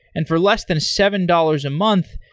and for less than seven dollars a month,